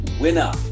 winner